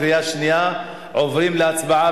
לקריאה שנייה ושלישית את הצעת חוק הנוער (טיפול והשגחה)